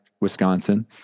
Wisconsin